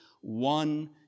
one